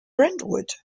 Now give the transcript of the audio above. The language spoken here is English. brentwood